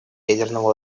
ядерного